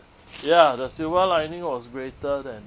ya the silver lining was greater than